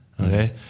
Okay